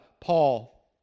Paul